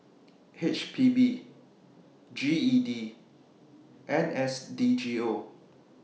H P B G E D and N S D G O